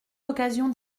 l’occasion